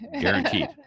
Guaranteed